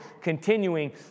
continuing